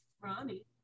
Ronnie